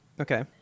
Okay